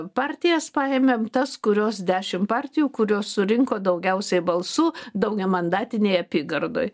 partijas paėmėm tas kurios dešim partijų kurios surinko daugiausiai balsų daugiamandatinėj apygardoj